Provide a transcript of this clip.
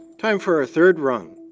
time for our third rung.